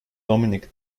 dominique